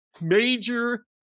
Major